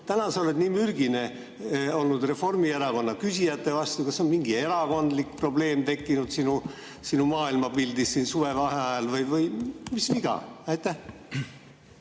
oled olnud nii mürgine Reformierakonna küsijate vastu. Kas on mingi erakondlik probleem tekkinud sinu maailmapildis suvevaheajal või mis viga?